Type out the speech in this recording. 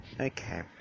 Okay